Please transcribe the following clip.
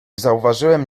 zauważyłem